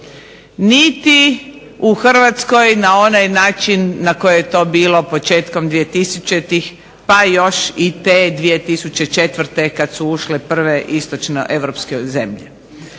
niti u Hrvatskoj na onaj način na koji je to bilo početkom 2000-ih pa još i te 2004. kad su ušle prve istočnoeuropske zemlje.